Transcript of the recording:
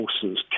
horses